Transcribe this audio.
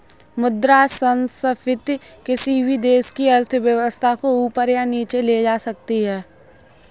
मुद्रा संस्फिति किसी भी देश की अर्थव्यवस्था को ऊपर या नीचे ले जा सकती है